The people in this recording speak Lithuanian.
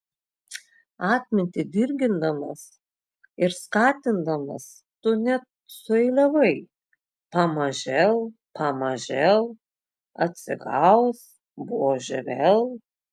atmintį dirgindamas ir skatindamas tu net sueiliavai pamažėl pamažėl atsigaus buožė vėl